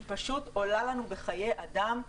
היא פשוט עולה לנו בחיי אדם,